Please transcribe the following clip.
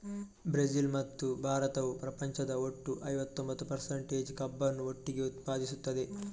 Brazil ಮತ್ತು ಭಾರತವು ಪ್ರಪಂಚದ ಒಟ್ಟು ಐವತ್ತೊಂಬತ್ತು ಪರ್ಸಂಟೇಜ್ ಕಬ್ಬನ್ನು ಒಟ್ಟಿಗೆ ಉತ್ಪಾದಿಸುತ್ತದೆ